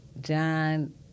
John